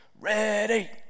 ready